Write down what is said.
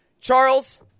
Charles